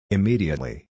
Immediately